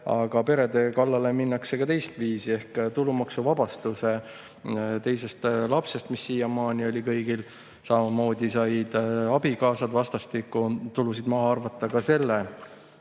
Aga perede kallale minnakse ka teistviisi. Tulumaksuvabastus alates teisest lapsest, mis siiamaani oli kõigil, samamoodi said abikaasad vastastikku tulusid maha arvata – ka selle